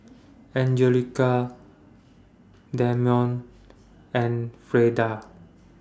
Anjelica Dameon and Frieda